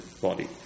body